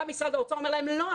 בא משרד האוצר ואומר להם לא,